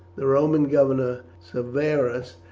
the roman governor severus,